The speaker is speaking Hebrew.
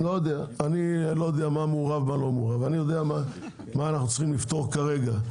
אני לא יודע מה מעורב ולא מעורב; אני יודע מה אנחנו צריכים לפתור כרגע.